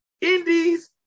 Indies